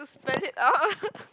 spell it out